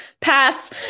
pass